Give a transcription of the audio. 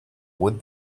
would